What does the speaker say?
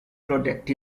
protect